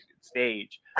stage